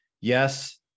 Yes